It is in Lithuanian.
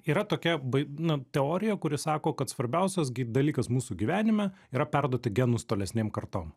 yra tokia bai na teorija kuri sako kad svarbiausias gi dalykas mūsų gyvenime yra perduoti genus tolesnėm kartom